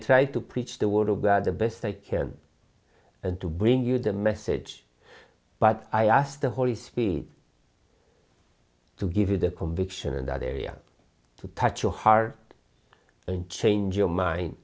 try to preach the word of god the best i can and to bring you the message but i ask the holy spirit to give you the conviction in that area to touch your heart and change your mind